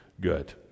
good